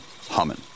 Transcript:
Humming